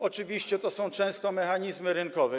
Oczywiście są to często mechanizmy rynkowe.